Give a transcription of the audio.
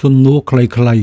សំណួរដ៏ខ្លី